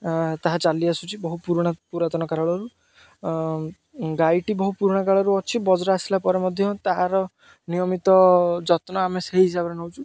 ତାହା ଚାଲି ଆସୁଛି ବହୁ ପୁରୁଣା ପୁରାତନ କାଳରୁ ଗାଈଟି ବହୁ ପୁରୁଣା କାଳରୁ ଅଛି ବଜ୍ର ଆସିଲା ପରେ ମଧ୍ୟ ତାହାର ନିୟମିତ ଯତ୍ନ ଆମେ ସେଇ ହିସାବରେ ନେଉଛୁ